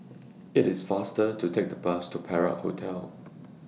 IT IS faster to Take The Bus to Perak Hotel